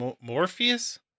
Morpheus